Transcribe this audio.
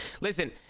Listen